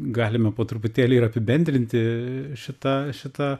galime po truputėlį ir apibendrinti šita šita